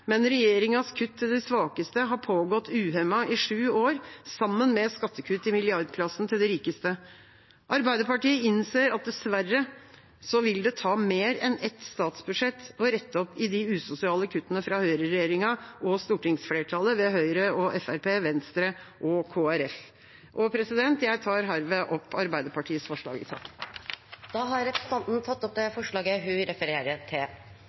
men regjeringas kutt til de svakeste har pågått uhemmet i sju år, sammen med skattekutt i milliardklassen til de rikeste. Arbeiderpartiet innser at det dessverre vil ta mer enn ett statsbudsjett å rette opp i de usosiale kuttene fra høyreregjeringa og stortingsflertallet ved Høyre og Fremskrittspartiet, Venstre og Kristelig Folkeparti. Jeg tar herved opp Arbeiderpartiets forslag i saken. Da har representanten Lise Christoffersen tatt opp det forslaget hun refererte til.